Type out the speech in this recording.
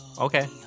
Okay